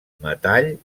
metall